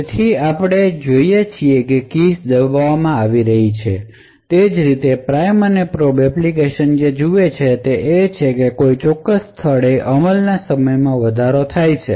તેથી આપણે જોઈએ છીએ કે કીઝ દબાવવામાં આવી રહી છે તે રીતે પ્રાઇમ અને પ્રોબ એપ્લિકેશન જે જુએ છે તે એ છે કે કોઈ ચોક્કસ સ્થળે અમલના સમયમાં વધારો થાય છે